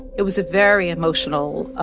it was a very emotional